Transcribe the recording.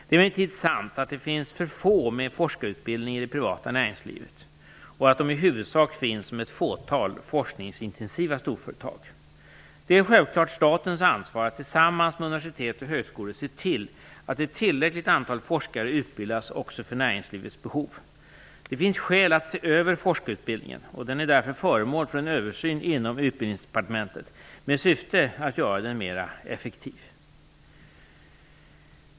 Det är emellertid sant att det finns alldeles för få med forskarutbildning i det privata näringslivet och att de i huvudsak finns inom ett fåtal forskningsintensiva storföretag. Det är självfallet statens ansvar att tillsammans med universitet och högskolor se till att ett tillräckligt antal forskare utbildas också för näringslivets behov. Men det finns även skäl att se över forskarutbildningen. Den är därför föremål för en översyn inom Utbildningsdepartementet med syfte att göra den mer effektiv.